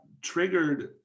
triggered